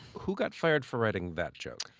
who got fired for writing that joke?